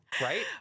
right